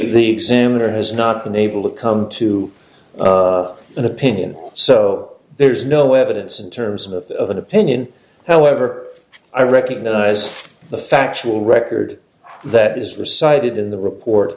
the examiner has not been able to come to an opinion so there is no evidence in terms of opinion however i recognize the factual record that is recited in the report